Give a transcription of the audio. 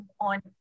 on